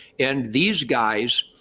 and these guys,